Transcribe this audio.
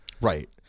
Right